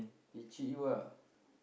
they cheat you ah